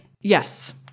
yes